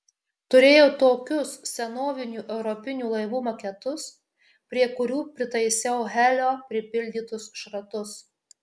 turėjau tokius senovinių europinių laivų maketus prie kurių pritaisiau helio pripildytus šratus